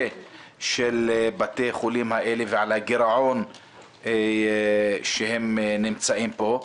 של בתי חולים האלה ועל הגרעון שהם נמצאים בו.